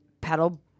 paddle